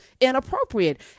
inappropriate